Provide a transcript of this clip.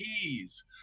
keys